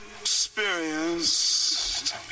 experience